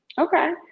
Okay